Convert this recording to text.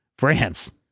France